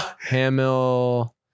Hamill